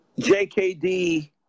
JKD